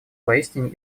поистине